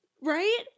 Right